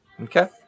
Okay